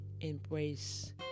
embrace